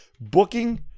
booking